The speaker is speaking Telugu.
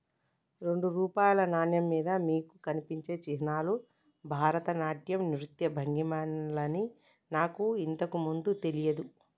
రెండు రూపాయల నాణెం మీద మీకు కనిపించే చిహ్నాలు భరతనాట్యం నృత్య భంగిమలని నాకు ఇంతకు ముందు తెలియదు